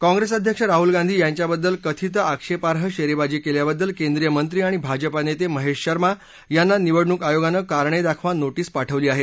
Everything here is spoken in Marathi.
काँप्रिस अध्यक्ष राहुल गांधी यांच्याबद्दल कथित आक्षेपार्ह शेरेबाजी केल्याबद्दल केंद्रीय मंत्री आणि भाजपा नेते महेश शर्मा यांना निवडणूक आयोगानं कारणं दाखवा नोटिस पाठवली आहे